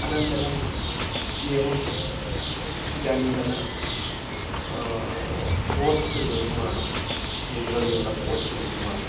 अनन्तरम् एवम् इदानीन्तन पोस्ट् निर्माणं नूतन नूतनपोस्ट् निर्माणम्